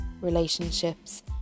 relationships